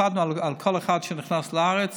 הקפדנו על כל אחד שנכנס לארץ